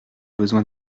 besoin